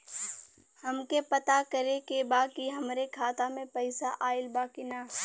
हमके पता करे के बा कि हमरे खाता में पैसा ऑइल बा कि ना?